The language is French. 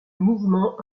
mouvement